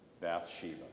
Bathsheba